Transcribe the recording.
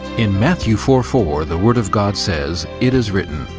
in matthew four four, the word of god says, it is written,